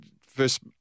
First